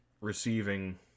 receiving